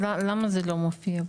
אז למה זה לא מופיע פה?